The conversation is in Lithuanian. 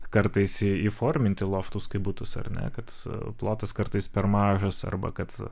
kartais įforminti loftus kaip butus ar ne kad plotas kartais per mažas arba kad